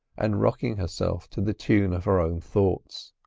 and rocking herself to the tune of her own thoughts.